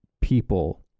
people